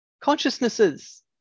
consciousnesses